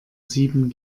sieben